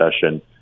session